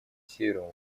севером